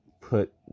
put